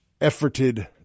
efforted